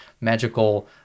magical